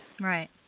Right